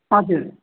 हजुर